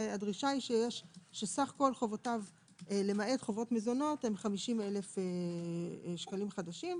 והדרישה שסך כל חובותיו למעט חובות מזונות הם 50,000 שקלים חדשים,